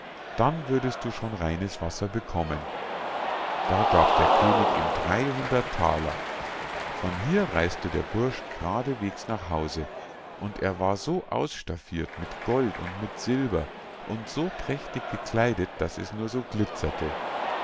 dann würdest du schon reines wasser bekommen da gab der könig ihm dreihundert thaler von hier reis'te der bursch gradesweges nach hause und er war so ausstaffirt mit gold und mit silber und so prächtig gekleidet daß es nur so glitzerte